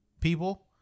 people